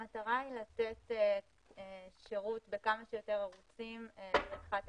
המטרה היא לתת שירות עד כמה שיותר ערוצים לאזרחים.